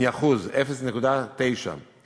ל-0.9%